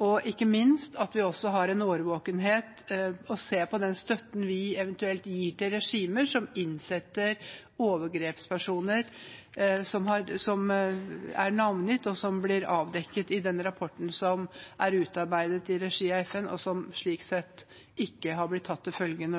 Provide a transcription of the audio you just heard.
og ikke minst at vi også har en årvåkenhet og ser på den støtten vi eventuelt gir til regimer som innsetter navngitte overgrepspersoner, noe som blir avdekket i den rapporten som er utarbeidet i regi av FN, og som ikke er blitt tatt til følge.